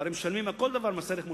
והרי משלמים על כל דבר מס ערך מוסף,